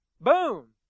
Boom